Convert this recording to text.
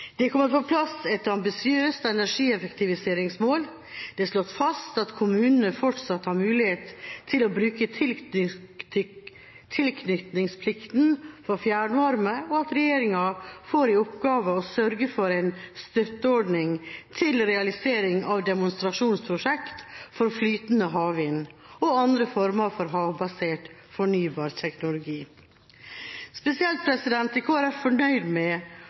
Det er kommet på plass et ambisiøst energieffektiviseringsmål, det er slått fast at kommunene fortsatt har mulighet til å bruke tilknytningsplikt for fjernvarme, og at regjeringa får i oppgave å sørge for en støtteordning til realisering av demonstrasjonsprosjekter for flytende havvind og andre former for havbasert fornybar teknologi. Spesielt er Kristelig Folkeparti forøyd med